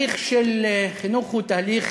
חינוך הוא תהליך